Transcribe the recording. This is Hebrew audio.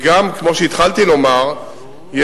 כמו שהתחלתי לומר,